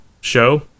Show